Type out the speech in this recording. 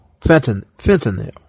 Fentanyl